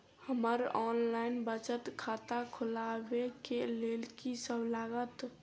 हमरा ऑनलाइन बचत खाता खोलाबै केँ लेल की सब लागत?